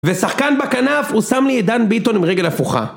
ושחקן בכנף הוא שם לי עידן ביטון עם רגל הפוכה.